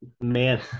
man